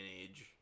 age